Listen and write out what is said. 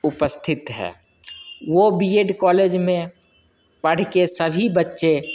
उपस्थित है वो बीएड कॉलेज में पढ़ के सभी बच्चे